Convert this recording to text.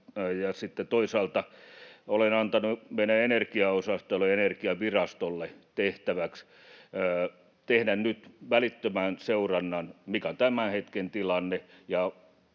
toisaalta olen antanut meidän energiaosastolle ja Energiavirastolle tehtäväksi tehdä nyt välitön seuranta, mikä on tämän hetken tilanne